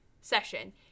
session